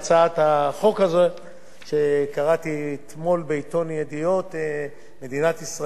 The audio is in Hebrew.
קראתי אתמול בעיתון "ידיעות אחרונות": מדינת ישראל משפרת את הפנסיה.